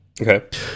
Okay